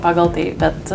pagal tai bet